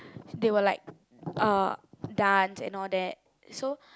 they will like uh dance and all that so